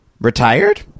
Retired